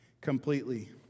completely